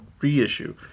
reissue